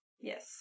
yes